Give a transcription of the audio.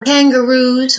kangaroos